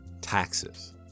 taxes